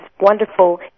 wonderful